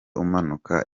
umanuka